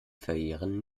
verjähren